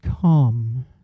come